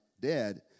dead